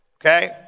okay